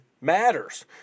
matters